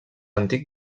antic